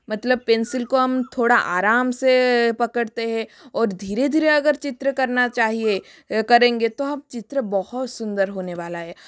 मतलब पेंसिल को हम थोड़ा आराम से पकड़ते हैं और धीरे धीरे अगर चित्र करना चाहिए करेंगे तो हम चित्र बहुत सुंदर होने वाला है